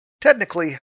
Technically